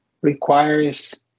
requires